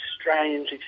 strange